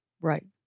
Right